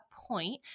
point